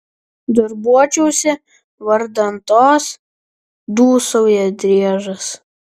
darbuočiausi vardan tos dūsauja driežas